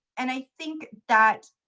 and i think that